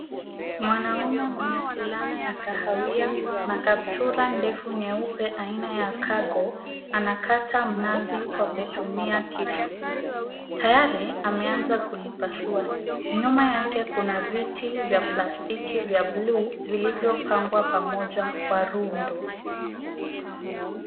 Mwanaume mwenye fulana ya kahawia na kaptura ndefu nyeupe aina ya cargo anakata mnazi kwa kutumia kisu. Tayari ameanza kulipasua. Nyuma yake kuna viti vya plastiki vya blue vilivyopangwa pamoja kwa rundo.